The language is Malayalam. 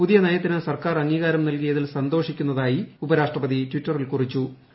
പുതിയ നയത്തിന് സർക്കാർ അംഗീകാരം നൽകീയതിൽ സന്തോഷിക്കുന്നതായി ഉപരാഷ്ട്രപതി ടിറ്ററിൽ ക്ടുപ്പ്ചു